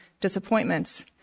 disappointments